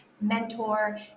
mentor